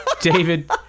David